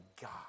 God